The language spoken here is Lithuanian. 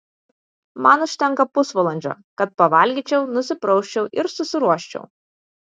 man užtenka pusvalandžio kad pavalgyčiau nusiprausčiau ir susiruoščiau